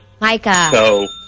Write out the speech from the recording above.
Micah